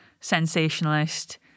sensationalist